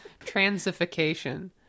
Transification